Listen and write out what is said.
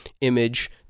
image